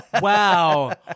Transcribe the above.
Wow